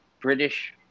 British